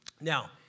Now